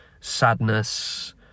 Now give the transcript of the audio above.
sadness